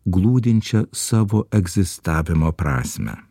glūdinčią savo egzistavimo prasmę